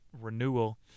renewal